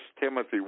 Timothy